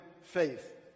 faith